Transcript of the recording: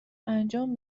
انجام